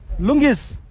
Lungis